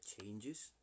changes